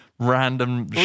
Random